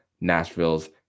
Nashville's